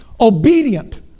obedient